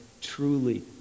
truly